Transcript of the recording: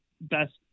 best